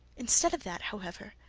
instead of that, however,